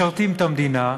משרתים את המדינה,